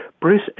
Bruce